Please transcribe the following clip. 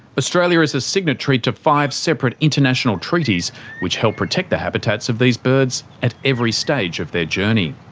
australia is a signatory to five separate international treaties which help protect the habitats of these birds at every stage of their journey.